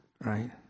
right